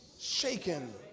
shaken